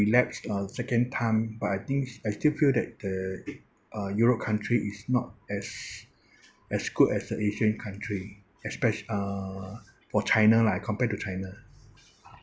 relapse uh second time but I think it's I still feel that the uh europe country is not as as good as the asian country especia~ uh for china lah compared to china